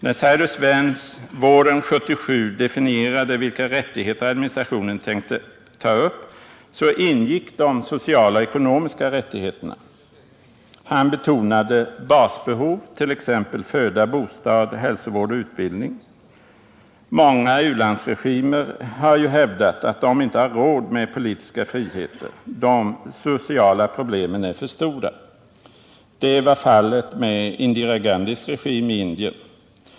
När Cyrus Vance våren 1977 definierade vilka rättigheter administrationen tänkte ta upp ingick de sociala och ekonomiska rättigheterna. Man betonade ”basbehov”, t.ex. föda, bostad, hälsovård och utbildning. Många u-landsregimer har hävdat att de inte har råd med politiska friheter — de sociala problemen är för stora. Det var fallet med Indira Gandhis regim i Indien.